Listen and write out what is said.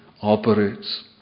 operates